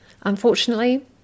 Unfortunately